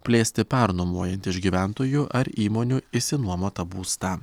plėsti pernuomojant iš gyventojų ar įmonių išsinuomotą būstą